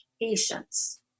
patience